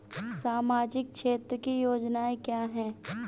सामाजिक क्षेत्र की योजनाएँ क्या हैं?